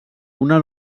una